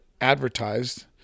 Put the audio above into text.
advertised